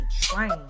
train